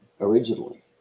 originally